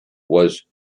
was